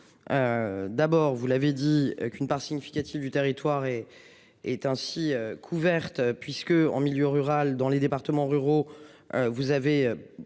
D'abord, vous l'avez dit. Une part significative du territoire et. Est ainsi couverte puisque en milieu rural, dans les départements ruraux. Vous avez